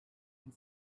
and